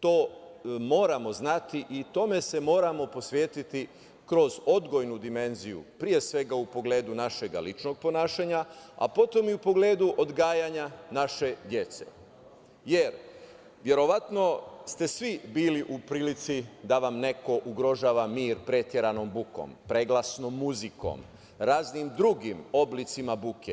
To moramo znati i tome se moramo posvetiti kroz odgojnu dimenziju, pre svega u pogledu našega ličnog ponašanja, a potom i u pogledu odgajanja naše dece, jer verovatno ste svi bili u prilici da vam neko ugrožava mir preteranom bukom, preglasnom muzikom, raznim drugim oblicima buke.